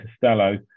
Costello